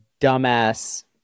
dumbass